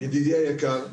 ידידי היקר.